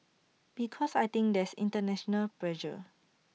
because I think there's International pressure